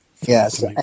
yes